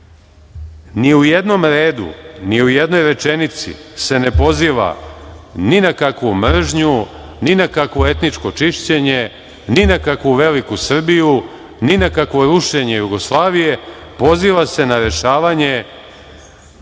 Ni u jednom redu, ni u jednoj rečenici se ne poziva ni na kakvu mržnju, ni na kakvo etničko čišćenje, ni na kakvu Veliku Srbiju, ni na kakvo rušenje Jugoslavije. Poziva se na rešavanje